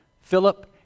Philip